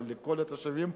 אבל לכל התושבים,